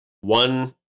one